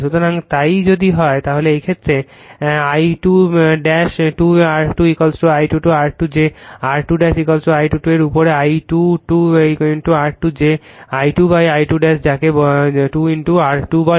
সুতরাং যদি তাই হয় তাহলে এই ক্ষেত্রে এই ক্ষেত্রে I2 2 R2 I2 2 R2 যে R2 I2 2 এর উপরে I2 2 R2 যে I2 I2 যাকে 2 R2 বলে